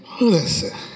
Listen